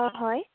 অ' হয়